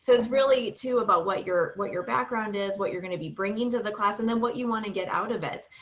so it's really too about what your what your background is, what you're gonna be bringing to the class and then what you want to get out of it.